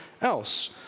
else